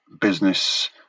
business